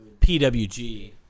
PWG